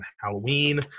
Halloween